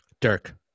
Dirk